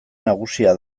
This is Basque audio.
nagusia